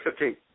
15